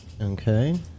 Okay